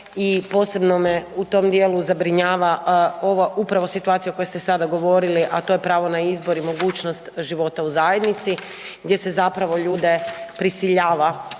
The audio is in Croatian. i posebno me u tom djelu zabrinjava ova upravo situacija o kojoj ste sada govorili a to je pravo na izbor i mogućnost života u zajednici gdje se zapravo ljude prisiljava